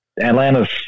Atlanta's